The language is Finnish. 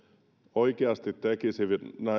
oikeasti tekisivät